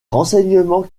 renseignements